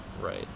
Right